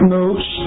notes